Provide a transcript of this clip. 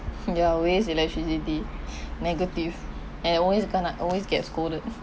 ya waste electricity negative and always kena always get scolded